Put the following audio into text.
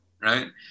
right